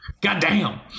goddamn